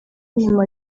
nyuma